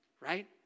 Right